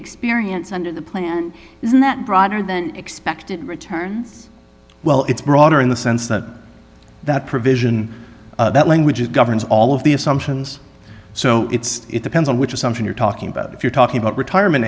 experience under the plan isn't that broader than expected returns well it's broader in the sense that that provision that language it governs all of the assumptions so it's it depends on which assumption you're talking about if you're talking about retirement